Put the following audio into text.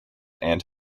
and